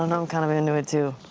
and i'm kind of into it, too.